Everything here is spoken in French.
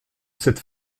cette